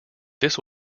this